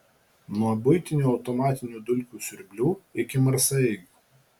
nuo buitinių automatinių dulkių siurblių iki marsaeigių